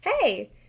hey